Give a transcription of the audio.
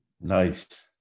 Nice